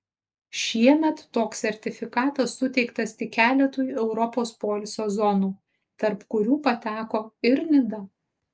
šiemet toks sertifikatas suteiktas tik keletui europos poilsio zonų tarp kurių pateko ir nida